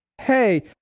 hey